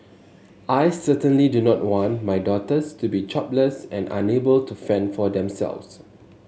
I certainly do not want my daughters to be jobless and unable to fend for themselves